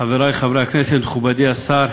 חברי חברי הכנסת, מכובדי השר,